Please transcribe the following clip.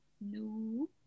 No